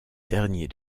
dernier